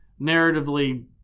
Narratively